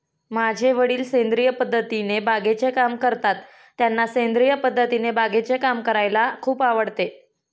माझे वडील सेंद्रिय पद्धतीने बागेचे काम करतात, त्यांना सेंद्रिय पद्धतीने बागेचे काम करायला खूप आवडते